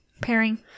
pairing